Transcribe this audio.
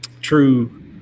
True